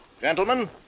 Gentlemen